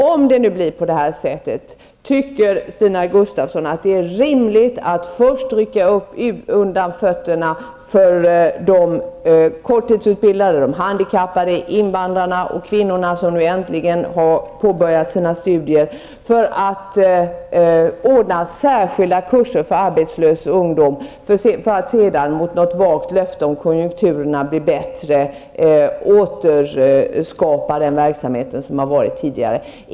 Om det blir på det här sättet, tycker Stina Gustavsson alltså att det är rimligt att först rycka undan fötterna för de korttidsutbildade, handikappade, invandrare och kvinnor som nu äntligen har påbörjat sina studier, att därefter anordna särskilda kurser för arbetslös ungdom och att sedan ge ett vagt löfte om att när konjunkturerna blir bättre återskapa den tidigare verksamheten?